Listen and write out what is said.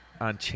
on